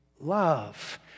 love